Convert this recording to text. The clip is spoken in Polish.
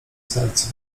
serce